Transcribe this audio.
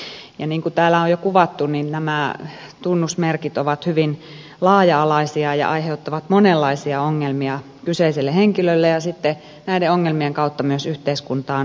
niin kuin täällä on jo kuvattu nämä tunnusmerkit ovat hyvin laaja alaisia ja aiheuttavat monenlaisia ongelmia kyseiselle henkilölle ja sitten näiden ongelmien kautta myös yhteiskuntaan ylipäätään